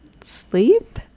sleep